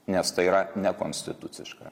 nes tai yra nekonstituciška